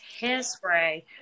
hairspray